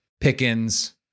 Pickens